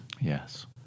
yes